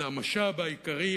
זה המשאב העיקרי,